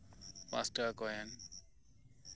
ᱯᱟᱸᱥ ᱴᱟᱠᱟ ᱠᱚᱭᱮᱱ